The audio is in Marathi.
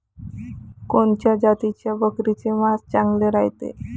कोनच्या जातीच्या बकरीचे मांस चांगले रायते?